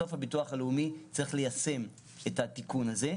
בסוף הביטוח הלאומי צריך ליישם את התיקון הזה.